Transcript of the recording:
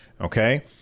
okay